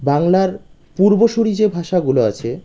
বাংলার পূর্বসূরী যে ভাষাগুলো আছে